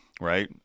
right